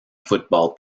football